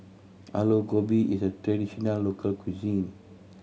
Aloo Gobi is a traditional local cuisine